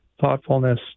thoughtfulness